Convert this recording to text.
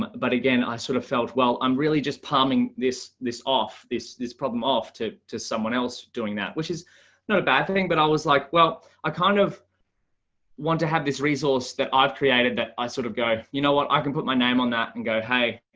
but again, i sort of felt well, i'm really palming this, this off this this problem off to to someone else doing that, which is not a bad thing. but i was like, well, i kind of want to have this resource that i've created that i sort of go, you know what i can put my name on that and go, hey,